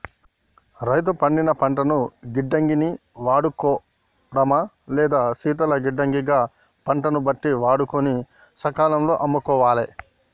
రైతు పండిన పంటను గిడ్డంగి ని వాడుకోడమా లేదా శీతల గిడ్డంగి గ పంటను బట్టి వాడుకొని సకాలం లో అమ్ముకోవాలె